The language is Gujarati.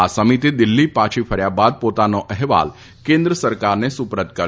આ સમિતિ દિલ્હી પાછી ફર્યા બાદ પોતાનો અહેવાલ કેન્દ્ર સરકારને સુપરત કરશે